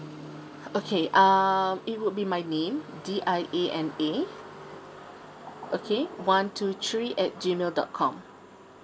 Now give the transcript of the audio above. okay uh it would be my name D I A N A okay one two three at G mail dot com